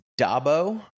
Dabo